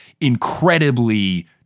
incredibly